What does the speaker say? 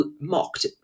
mocked